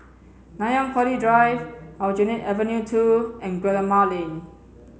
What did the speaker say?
Nanyang Poly Drive Aljunied Avenue Two and Guillemard Lane